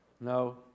No